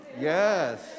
Yes